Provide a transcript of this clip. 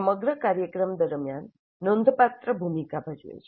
સમગ્ર કાર્યક્રમ દરમિયાન નોંધપાત્ર ભૂમિકા ભજવે છે